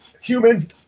Humans